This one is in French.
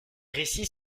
récits